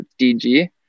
DG